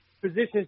positions